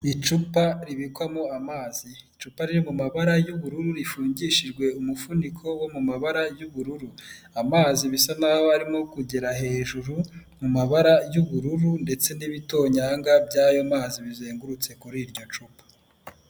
Icupa ribikwamo amazi, icupa riri mu mabara y'ubururu rifungishijwe umufuniko wo mu mabara y'ubururu, amazi bisa naho arimo kugera hejuru mu mabara y'ubururu ndetse n'ibitonyanga by'ayo mazi bizengurutse kuri iryo cupa.